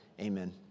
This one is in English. Amen